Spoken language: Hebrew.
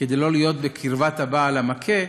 כדי שלא להיות בקרבת הבעל המכה,